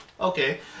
Okay